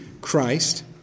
Christ